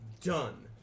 done